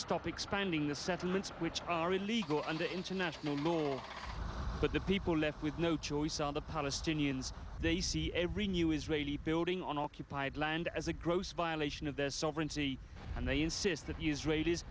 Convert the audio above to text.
stop expanding the settlements which are illegal under international law but the people are left with no choice and the palestinians they see every new israeli building on occupied land as a gross violation of their sovereignty and they insist that use rate is